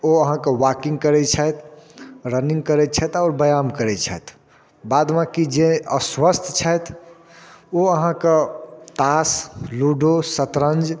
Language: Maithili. ओ अहाँके वाकिंग करै छथि रनिंग करै छथि आओर व्यायाम करै छथि बाद बाँकि जे अस्वस्थ छथि ओ आहाँके तास लूडो शतरञ्ज